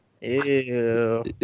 Ew